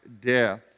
death